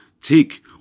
Take